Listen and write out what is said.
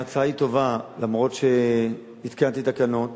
ההצעה היא טובה, אף שהתקנתי תקנות